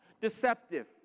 deceptive